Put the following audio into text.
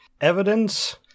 evidence